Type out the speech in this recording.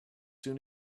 soon